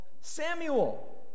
Samuel